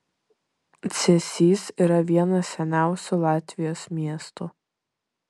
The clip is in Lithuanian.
cėsys yra vienas seniausių latvijos miestų